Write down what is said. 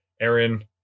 Aaron